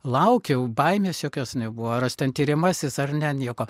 laukiau baimės jokios nebuvo ar aš ten tiriamasis ar ne nieko